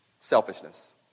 selfishness